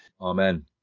Amen